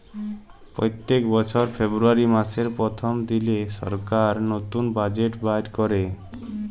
প্যত্তেক বসর ফেব্রুয়ারি মাসের পথ্থম দিলে সরকার লতুল বাজেট বাইর ক্যরে